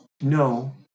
No